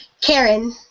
Karen